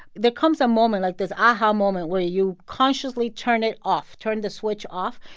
there comes a moment, like this aha moment, where you consciously turn it off, turn the switch off,